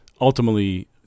Ultimately